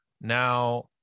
Now